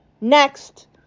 Next